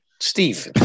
Steve